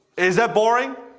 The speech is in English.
is that boring?